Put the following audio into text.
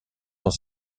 dans